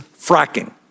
fracking